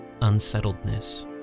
unsettledness